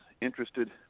interested